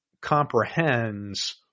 comprehends